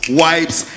wipes